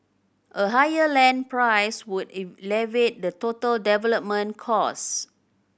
a higher land price would elevate the total development cost